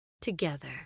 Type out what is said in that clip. together